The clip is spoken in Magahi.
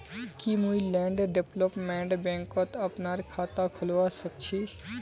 की मुई लैंड डेवलपमेंट बैंकत अपनार खाता खोलवा स ख छी?